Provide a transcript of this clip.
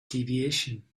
deviation